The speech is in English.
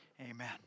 amen